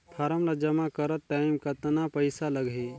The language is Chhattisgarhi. फारम ला जमा करत टाइम कतना पइसा लगही?